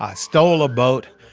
ah stole a boat.